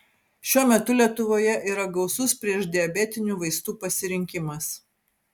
šiuo metu lietuvoje yra gausus priešdiabetinių vaistų pasirinkimas